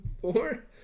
four